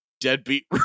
deadbeat